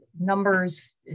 numbers